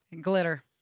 Glitter